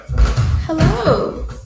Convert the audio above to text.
hello